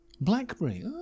Blackberry